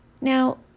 Now